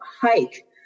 hike